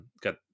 got